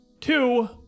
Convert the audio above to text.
Two